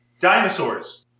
Dinosaurs